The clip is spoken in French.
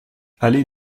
allée